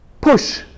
push